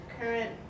current